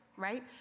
Right